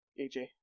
AJ